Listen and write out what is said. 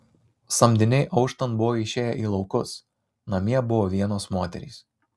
samdiniai auštant buvo išėję į laukus namie buvo vienos moterys